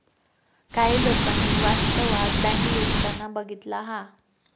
काही लोकांनी वास्तवात बँक लुटताना बघितला हा